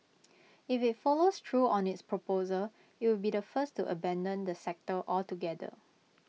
if IT follows through on its proposal IT would be the first to abandon the sector altogether